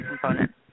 component